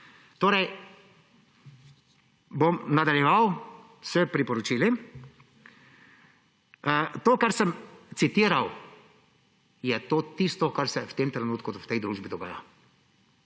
Torej, bom nadaljeval s priporočili. To, kar sem citiral, je to tisto, kar se v tem trenutku v tej družbi dogaja.